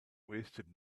wasted